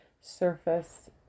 surface